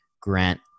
Grant